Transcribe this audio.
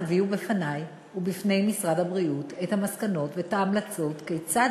תביאו בפני ובפני משרד הבריאות את המסקנות ואת ההמלצות כיצד